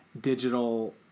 digital